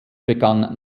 begann